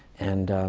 and